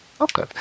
Okay